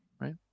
right